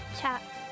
Chat